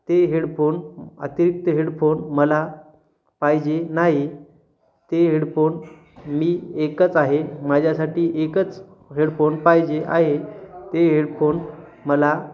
ते हेडफोन अतिरिक्त हेडफोन मला पाहिजे नाही ते हेडफोन मी एकच आहे माझ्यासाठी एकच हेडफोन पाहिजे आहे ते हेडफोन मला